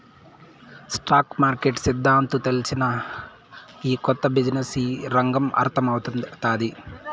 stock market సిద్దాంతాలు తెల్సినా, ఈ కొత్త బిజినెస్ రంగం అర్థమౌతాది